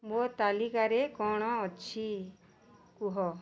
ମୋ ତାଲିକାରେ କ'ଣ ଅଛି କୁହ